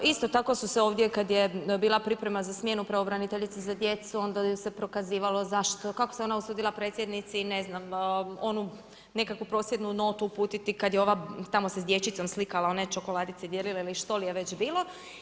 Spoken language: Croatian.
Isto tako su se ovdje, kad je bila priprema za smjenu pravobraniteljice za djecu, onda joj se prokazivalo zašto, kako se ona usudila predsjednici, ne znam, nekakvu prosjednu notu uputiti, kad je ona se s dječicom slikala, one čokoladice dijelilo ili što li je već bilo.